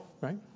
right